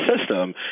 system